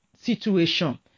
situation